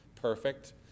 perfect